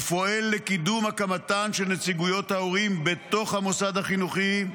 ופועל לקידום הקמתן של נציגויות ההורים בתוך המוסד החינוכי,